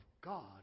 God